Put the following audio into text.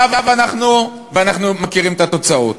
ואנחנו מכירים את התוצאות.